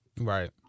Right